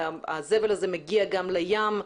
הזבל הזה מגיע גם לים,